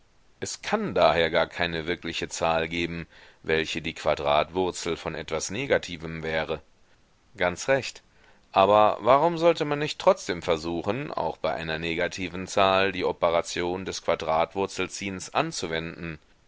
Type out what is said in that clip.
es kann daher gar keine wirkliche zahl geben welche die quadratwurzel von etwas negativem wäre ganz recht aber warum sollte man nicht trotzdem versuchen auch bei einer negativen zahl die operation des quadratwurzelziehens anzuwenden